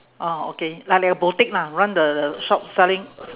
oh okay like like a boutique lah run the shop selling